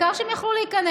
העיקר שהם יוכלו להיכנס.